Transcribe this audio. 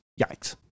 Yikes